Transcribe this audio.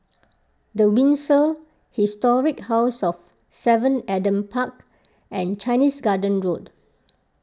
the Windsor Historic House of Seven Adam Park and Chinese Garden Road